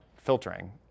Filtering